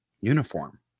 uniform